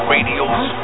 Radio's